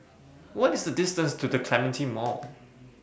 What IS The distance to The Clementi Mall